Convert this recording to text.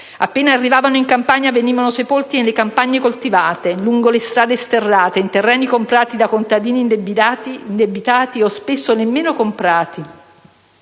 Appena arrivavano in Campania venivano sepolti nelle campagne coltivate, lungo le strade sterrate, in terreni comprati da contadini indebitati o spesso nemmeno comprati,